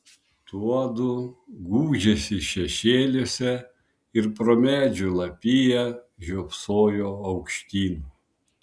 tuodu gūžėsi šešėliuose ir pro medžių lapiją žiopsojo aukštyn